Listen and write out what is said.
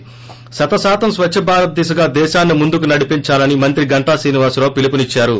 ి స్వతం స్వచ్చభారత్ దిశగా దేశాన్ని ముందుకు నడిపించాలని మంత్రి గంటా శ్రీనివాసరావు పిలుపునిచ్చారు